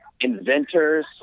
inventors